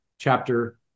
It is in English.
Chapter